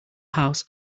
house